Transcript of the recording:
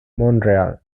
montreal